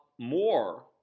more